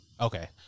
Okay